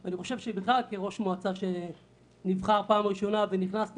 אני לא ראיתי בשום מקום שמשרד הפנים